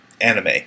anime